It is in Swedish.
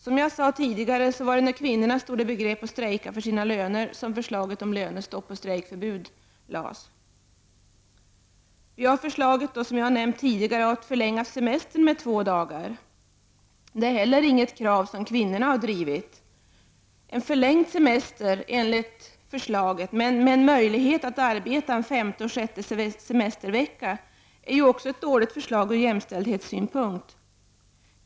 Som jag sade tidigare, var det när kvinnorna stod i begrepp att strejka för sina löner som förslaget om lönestopp och strejkförbud lades. Som jag nämnde tidigare, föreslås semestern bli förlängd med två dagar. Det är heller inget krav som kvinnorna har drivit. En förlängd semester enligt förslaget men med möjlighet att arbeta en femte och sjätte semestervecka är också ett dåligt förslag ur jämställdhetssynpunkt.